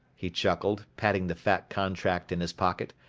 he chuckled, patting the fat contract in his pocket,